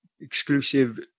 exclusive